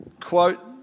quote